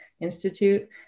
Institute